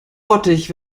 bottich